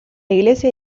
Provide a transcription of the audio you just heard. iglesia